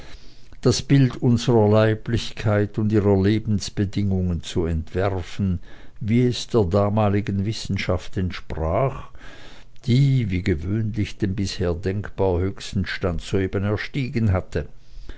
das bild unserer leiblichkeit und ihrer lebensbedingungen zu entwerfen wie es der damaligen wissenschaft entsprach die wie gewöhnlich den bisher denkbar höchsten stand soeben erstiegen hatte